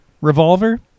Revolver